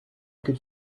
could